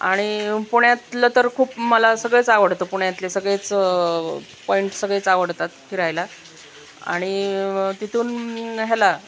आणि पुण्यातलं तर खूप मला सगळंच आवडतं पुण्यातले सगळेच पॉईंट सगळेच आवडतात फिरायला आणि तथून ह्याला